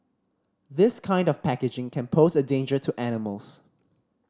this kind of packaging can pose a danger to animals